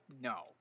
No